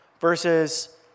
versus